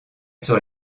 sur